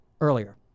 earlier